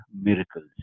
miracles